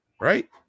right